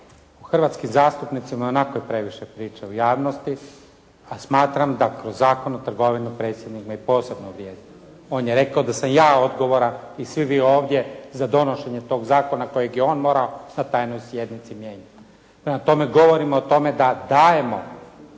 O hrvatskim zastupnicima ionako je previše priče u javnosti, a smatram da kroz Zakon o trgovini predsjednik me posebno uvrijedio. On je rekao da sam ja odgovoran i svi vi ovdje za donošenje tog zakona kojeg je morao na tajnoj sjednici mijenjati. Prema tome, govorimo o tome da dajemo